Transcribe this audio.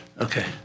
Okay